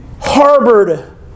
harbored